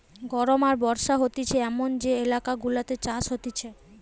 গরম আর বর্ষা হতিছে এমন যে এলাকা গুলাতে চাষ হতিছে